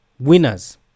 Winners